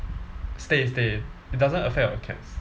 stay stay it doesn't affect your acads